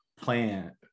plan